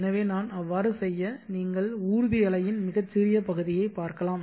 எனவே நான் அவ்வாறு செய்ய நீங்கள் ஊர்தி அலையின் மிகச் சிறிய பகுதியை பார்க்கலாம்